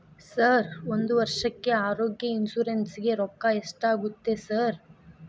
Sir ಒಂದು ವರ್ಷಕ್ಕೆ ಆರೋಗ್ಯ ಇನ್ಶೂರೆನ್ಸ್ ಗೇ ರೊಕ್ಕಾ ಎಷ್ಟಾಗುತ್ತೆ ಸರ್?